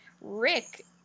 rick